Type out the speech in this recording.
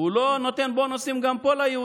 וגם פה הוא לא נותן בונוסים ליהודים,